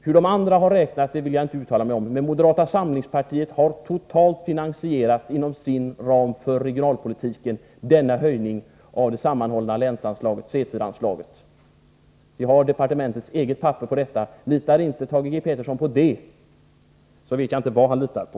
Hur de andra partierna har räknat vill jag inte uttala mig om, men moderata samlingspartiet har inom sin ram för regionalpolitiken totalt finansierat denna höjning av det sammanhållna länsanslaget, C 4-anslaget. Vi har departementets eget papper på detta. Litar inte Thage Peterson på det, vet jag inte vad han litar på.